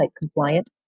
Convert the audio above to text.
compliant